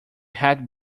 hat